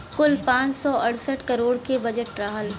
कुल पाँच सौ अड़सठ करोड़ के बजट रहल